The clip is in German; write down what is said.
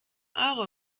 euro